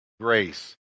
grace